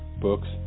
books